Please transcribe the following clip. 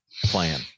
plan